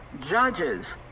judges